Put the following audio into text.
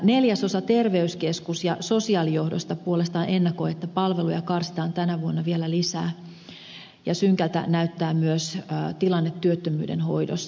neljäsosa terveyskeskus ja sosiaalijohdosta puolestaan ennakoi että palveluja karsitaan tänä vuonna vielä lisää ja synkältä näyttää myös tilanne työttömyyden hoidossa